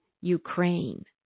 Ukraine